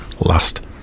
Last